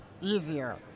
easier